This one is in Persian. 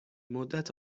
مدت